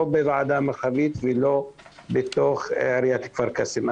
לא בוועדה המרחבית ולא בעיריית כפר קאסם.